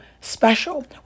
special